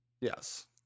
Yes